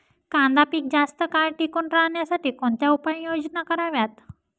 कांदा पीक जास्त काळ टिकून राहण्यासाठी कोणत्या उपाययोजना कराव्यात?